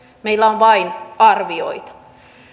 meillä on vain arvioita